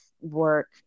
work